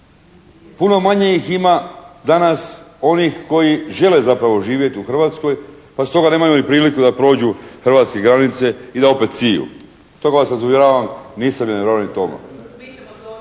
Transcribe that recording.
Puno manje ih ima danas onih koji žele zapravo živjeti u Hrvatskoj pa stoga nemaju ni priliku da prođu hrvatske granice i da opet siju. …/Govornik se ne razumije./… nisam nevjerni Toma.